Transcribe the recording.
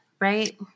right